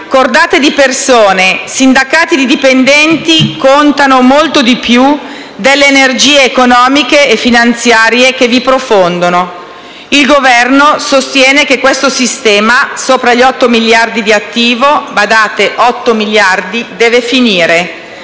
cordate di persone, sindacati di dipendenti contano molto di più delle energie economiche e finanziarie che vi profondono. Il Governo sostiene che questo sistema, sopra gli otto miliardi di attivo - badate: otto miliardi - deve finire.